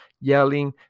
yelling